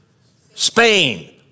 Spain